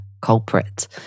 culprit